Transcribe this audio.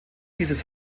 dieses